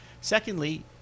Secondly